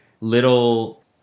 little